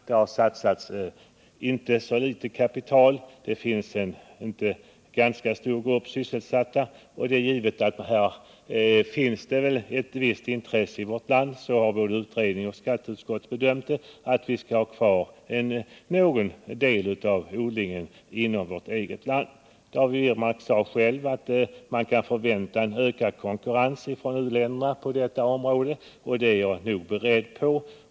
Det har satsats inte så litet kapital. Det finns en ganska stor grupp sysselsatta, och det är givet att här föreligger ett visst intresse i vårt land — så har både utredningen och skatteutskottet bedömt det — att vi skall ha kvar någon del av odlingen inom landet. David Wirmark sade själv att man kan förvänta en ökad konkurrens från u-länderna på detta område, och det är jag beredd på.